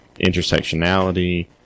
intersectionality